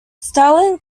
stalin